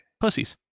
pussies